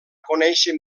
conèixer